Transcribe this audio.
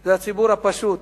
זה הציבור הפשוט.